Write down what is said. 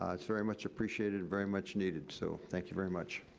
um it's very much appreciated, very much needed, so thank you very much.